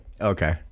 Okay